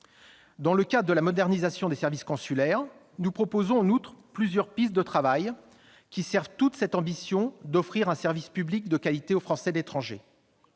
Dans le cadre de la « modernisation des services consulaires », nous proposons en outre plusieurs pistes de travail qui servent toutes cette ambition d'offrir un service public de qualité aux Français de l'étranger.